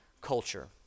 culture